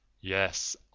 Yes